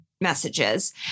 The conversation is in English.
messages